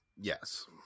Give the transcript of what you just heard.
Yes